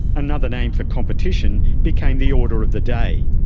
another name for competition, became the order of the day.